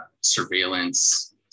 surveillance